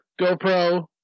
GoPro